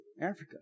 Africa